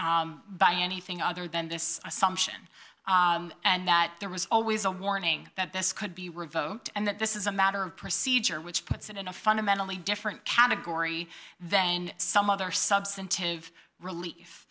substantiated by anything other than this assumption and that there was always a warning that this could be revoked and that this is a matter of procedure which puts it in a fundamentally different category than some other substantive relief